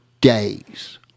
days